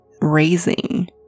raising